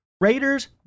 Raiders